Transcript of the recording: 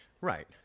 Right